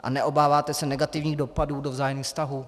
A neobáváte se negativních dopadů do vzájemných vztahů?